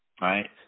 Right